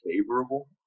favorable